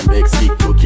Mexico